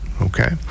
okay